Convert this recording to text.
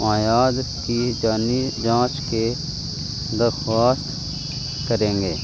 معیاد کی جانی جانچ کے درخواست کریں گے